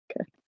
Okay